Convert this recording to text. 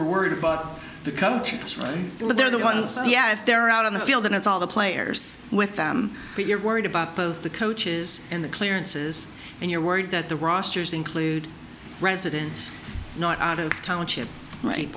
are worried about the coach they're the ones yeah if they're out on the field and it's all the players with them but you're worried about the coaches and the clearances and you're worried that the rosters include residents not out of township